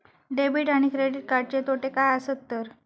Debit आणि credit कार्डचे तोटे काय आसत तर?